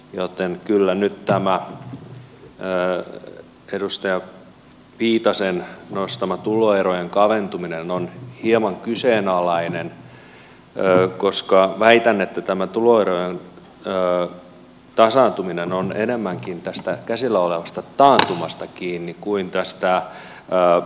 joten kyllä tämä edustaja viitasen nostama tuloerojen kaventuminen on hieman kyseenalainen koska väitän että tämä tuloerojen tasaantuminen on enemmänkin tästä käsillä olevasta taantumasta kiinni kuin tästä verosta